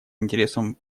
интересам